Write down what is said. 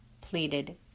pleaded